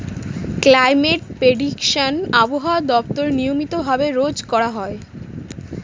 climate prediction আবহাওয়া দপ্তর নিয়মিত ভাবে রোজ করা হয়